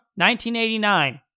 1989